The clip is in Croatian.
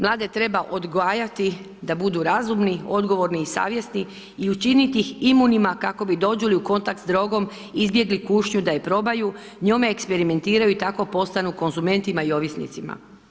Mlade treba odgajati da budu razumni, odgovorni i savjesni i učiniti ih imunima kako bi dođu li u kontakt s drogom izbjegli kušnju da je probaju, njome eksperimentiraju i tako postanu konzumentima i ovisnicima.